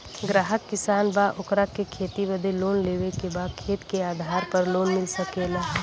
ग्राहक किसान बा ओकरा के खेती बदे लोन लेवे के बा खेत के आधार पर लोन मिल सके ला?